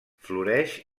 floreix